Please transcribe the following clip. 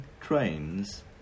trains